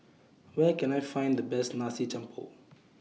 Where Can I Find The Best Nasi Campur